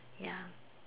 ya